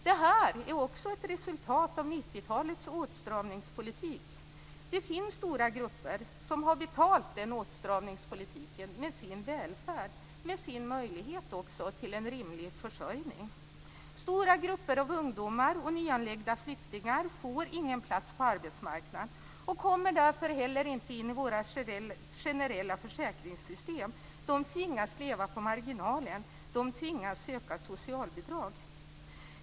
Det här är också ett resultat av 90-talets åtstramningspolitik. Det finns stora grupper som har betalat den åtstramningspolitiken med sin välfärd och också med sin möjlighet till en rimlig försörjning. Stora grupper av ungdomar och nyanlända flyktingar får ingen plats på arbetsmarknaden och kommer därför heller inte in i våra generella försäkringssystem. De tvingas leva på marginalen. De tvingas söka socialbidrag.